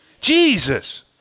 Jesus